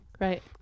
Right